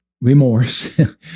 remorse